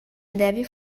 deve